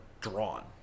drawn